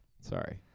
Sorry